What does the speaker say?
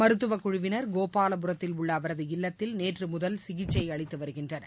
மருத்துவக்குழுவினர் கோபாலபுரத்தில் உள்ள அவரது இல்லத்தில் நேற்று முதல் சிகிச்சை அளித்து வருகின்றனர்